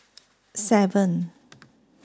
seven